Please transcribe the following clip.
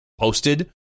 posted